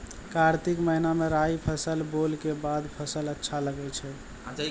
कार्तिक महीना मे राई फसल बोलऽ के बाद फसल अच्छा लगे छै